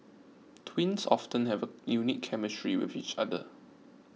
twins often have a unique chemistry with each other